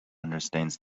understands